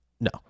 No